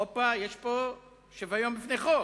הופה, יש פה שוויון בפני חוק.